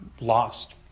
lost